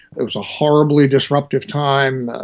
it was a horribly disruptive time,